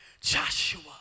joshua